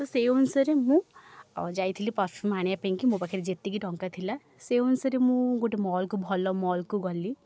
ତ ସେଇ ଅନୁସାରେ ମୁଁ ଅ ଯାଇଥିଲି ପରଫ୍ୟୁମ୍ ଆଣିବା ପାଇଁକି ମୋ ପାଖରେ ଯେତିକି ଟଙ୍କାଥିଲା ସେଇ ଅନୁସାରେ ମୁଁ ଗୋଟେ ମଲ୍କୁ ଭଲ ମଲ୍କୁ ଗଲି